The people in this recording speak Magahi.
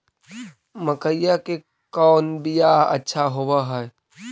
मकईया के कौन बियाह अच्छा होव है?